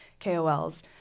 KOLs